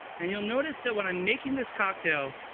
and you'll notice that when i'm making this cocktail,